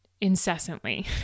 incessantly